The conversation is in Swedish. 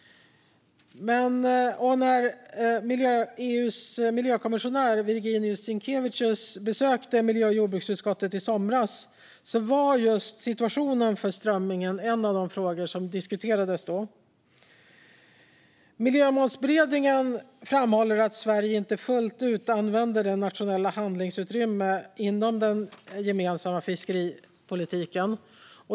När EU:s miljökommissionär Virginijus Sinkevicius besökte miljö och jordbruksutskottet i somras var situationen för strömmingen en av de frågor som diskuterades. Miljömålsberedningen framhåller att Sverige inte fullt ut använder det nationella handlingsutrymmet inom den gemensamma fiskeripolitiken.